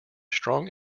strong